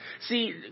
See